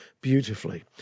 beautifully